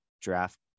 draft